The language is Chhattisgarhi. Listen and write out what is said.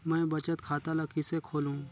मैं बचत खाता ल किसे खोलूं?